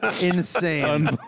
insane